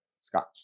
Scotch